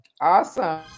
Awesome